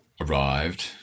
arrived